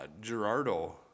Gerardo